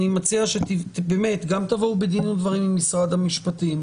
אני מציע שגם תבואו בדין ודברים עם משרד המשפטים,